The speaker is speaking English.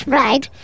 right